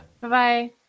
bye-bye